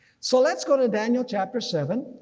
so let's go to daniel chapter seven,